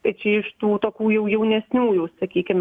tai čia iš tų tokių jau jaunesniųjų sakykim